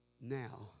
now